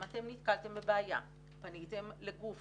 אם אתם נתקלתם בבעיה, פניתם לגוף